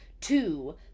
Two